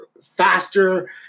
faster